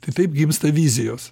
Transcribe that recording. tai taip gimsta vizijos